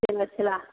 जेला सेला